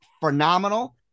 phenomenal